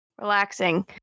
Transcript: relaxing